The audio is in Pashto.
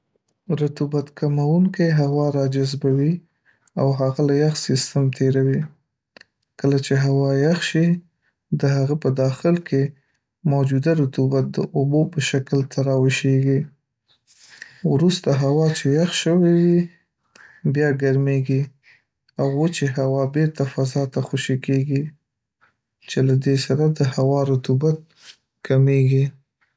رطوبت کموونکی هوا راجذبوي او هغه له یخ سیستم تېروي. کله چې هوا یخ شي، د هغې په داخل کې موجوده رطوبت د اوبو په شکل تراوشیږي، وروسته، هوا چې یخ شوې وي، بیا ګرمېږي او وچې هوا بیرته فضا ته خوشې کېږي، چې له دې سره د هوا رطوبت کمېږي.